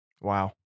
Wow